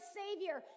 savior